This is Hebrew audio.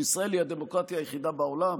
שישראל היא הדמוקרטיה היחידה בעולם?